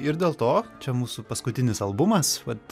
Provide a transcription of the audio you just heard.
ir dėl to čia mūsų paskutinis albumas vat